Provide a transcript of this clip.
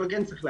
אבל צריך להגיד,